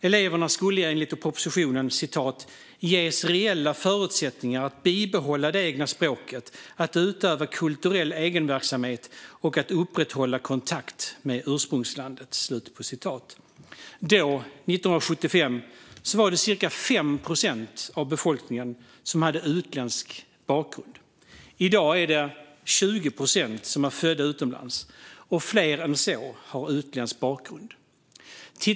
Eleverna skulle enligt propositionen ges reella förutsättningar att bibehålla det egna språket, att utöva kulturell egenverksamhet och att upprätthålla kontakt med ursprungslandet. Då, 1975, hade cirka 5 procent av befolkningen utländsk bakgrund. I dag är 20 procent av befolkningen födda utomlands, och fler än så har utländsk bakgrund.